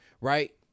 right